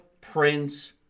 Prince